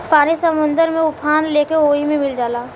पानी समुंदर में उफान लेके ओहि मे मिल जाला